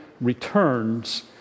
returns